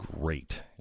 great